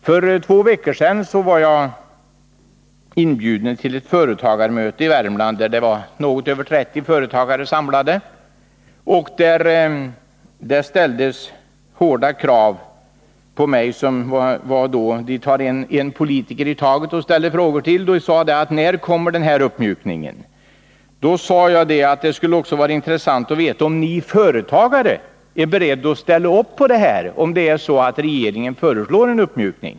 För två veckor sedan var jag inbjuden till ett företagarmöte i Värmland där något över 30 företagare var samlade. Man bjuder in en politiker i taget som man ställer frågor till, och det var hårda krav som fördes fram till mig. Man frågade bl.a.: När kommer denna uppmjukning? Då svarade jag: Det skulle vara intressant att veta om ni företagare är beredda att ställa upp, om regeringen föreslår en uppmjukning.